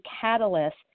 catalyst